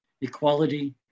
equality